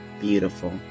beautiful